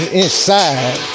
inside